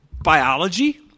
biology